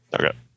Okay